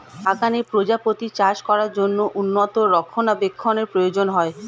বাগানে প্রজাপতি চাষ করার জন্য উন্নত রক্ষণাবেক্ষণের প্রয়োজন হয়